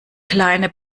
kleine